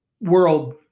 world